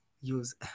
use